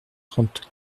trente